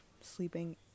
sleeping